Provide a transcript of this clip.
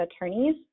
attorneys